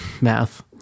math